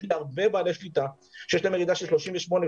יש לי הרבה בעלי שליטה שיש להם ירידה של 39%-38%,